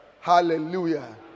Hallelujah